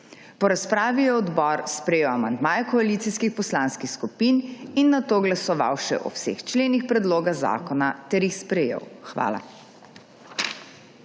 Po razpravi je odbor sprejel amandmaje koalicijskih poslanskih skupin in nato glasoval še o vseh členih predloga zakona ter jih sprejel. Hvala.